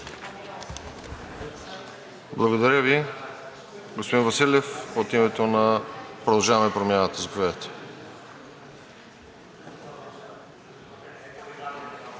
Благодаря Ви. Господин Василев от името на „Продължаваме Промяната“. Заповядайте.